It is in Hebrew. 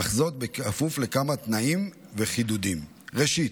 אך זאת כפוף לכמה תנאים וחידודים: ראשית,